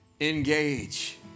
engage